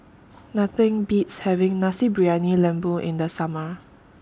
Nothing Beats having Nasi Briyani Lembu in The Summer